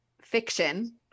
fiction